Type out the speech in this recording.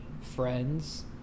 friends